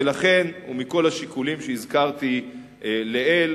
ולכן, ומכל השיקולים שהזכרתי לעיל,